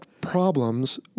problems